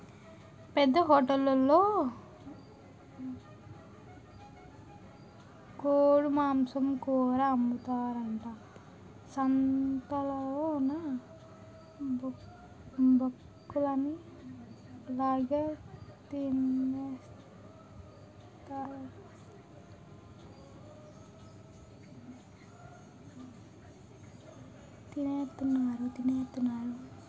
పెద్ద హోటలులో గొడ్డుమాంసం కూర అమ్ముతారట సంతాలలోన బక్కలన్ని ఇలాగె తినెత్తన్నారు